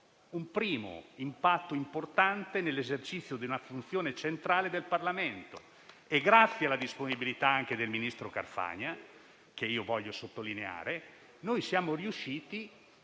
un primo impatto importante nell'esercizio della funzione centrale del Parlamento. Grazie alla disponibilità anche del ministro Carfagna, che voglio sottolineare, siamo riusciti